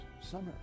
summer